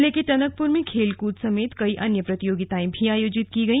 जिले के टनकपुर में खेलकूद समेत कई अन्य प्रतियोगिताएं आयोजित की गई